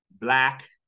Black